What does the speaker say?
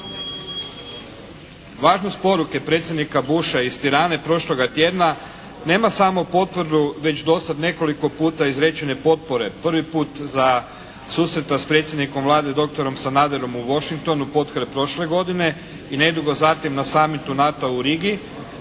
Važnost poruke predsjednika Busha iz Tirane prošloga tjedna nema samo potvrdu već dosad nekoliko puta izrečene potpore, prvi put za susreta s predsjednikom Vlade dr. Sanaderom u Washingtonu potkraj prošle godine i nedugo zatim na summitu NATO-a u Rigi,